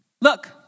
Look